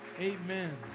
Amen